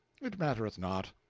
it mattereth not.